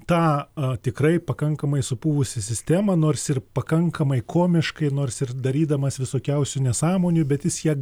tą tikrai pakankamai supuvusią sistemą nors ir pakankamai komiškai nors ir darydamas visokiausių nesąmonių bet jis ją